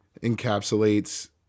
encapsulates